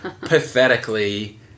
pathetically